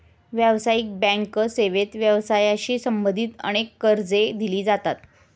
व्यावसायिक बँक सेवेत व्यवसायाशी संबंधित अनेक कर्जे दिली जातात